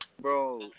bro